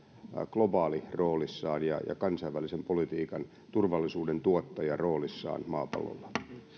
globaaliroolissaan ja ja kansainvälisen politiikan turvallisuudentuottajan roolissaan maapallolla